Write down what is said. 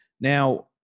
Now